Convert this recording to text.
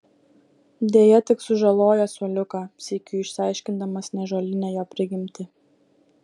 deja tik sužaloja suoliuką sykiu išsiaiškindamas neąžuolinę jo prigimtį